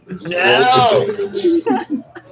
No